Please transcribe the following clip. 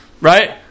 right